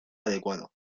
adecuado